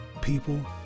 people